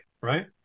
right